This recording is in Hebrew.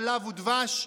חלב ודבש,